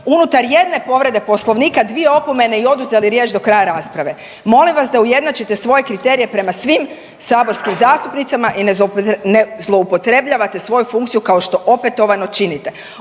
unutar jedne povrede Poslovnika 2 opomene i oduzeli riječ do kraja rasprave. Molim vas da ujednačite svoje kriterije prema svim saborskim zastupnicama i zloupotrebljavate svoju funkciju kao što opetovano činite.